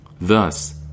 Thus